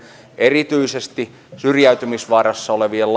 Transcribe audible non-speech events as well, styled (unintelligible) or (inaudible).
erityisesti syrjäytymisvaarassa olevia (unintelligible)